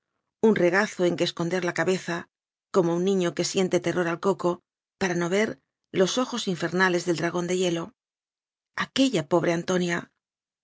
un re gazo en qye esconder la cabeza como un niño que siente terror al coco para no ver los ojos infernales del dragón de hielo aquella pobre antonia